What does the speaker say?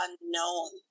unknown